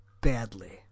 badly